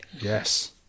Yes